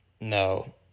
no